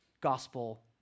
gospel